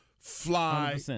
Fly